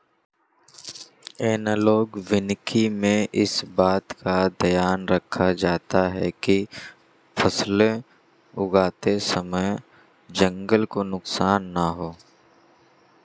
analogue वानिकी में इस बात का ध्यान रखा जाता है कि फसलें उगाते समय जंगल को नुकसान ना हो